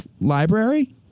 Library